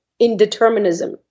indeterminism